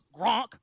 Gronk